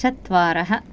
चत्वारः